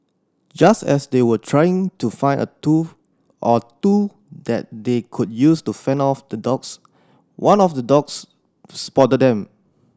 just as they were trying to find a tool or two that they could use to fend off the dogs one of the dogs spotted them